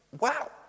wow